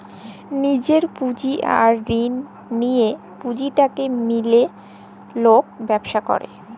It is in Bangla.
লিজের পুঁজি আর ঋল লিঁয়ে পুঁজিটাকে মিলায় লক ব্যবছা ক্যরে